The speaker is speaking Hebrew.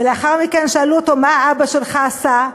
ולאחר מכן שאלו אותו: מה אבא שלך עשה?